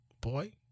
Boy